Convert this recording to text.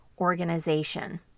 organization